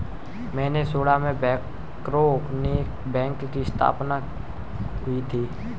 Minnesota में बैंकरों के बैंक की स्थापना कब हुई थी?